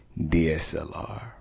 DSLR